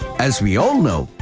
as we all know.